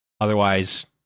otherwise